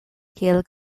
kiel